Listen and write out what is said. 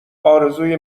ارزوی